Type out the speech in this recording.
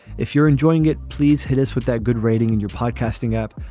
if you're enjoying it, please hit us with that good rating in your podcasting app.